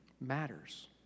matters